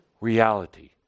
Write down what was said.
reality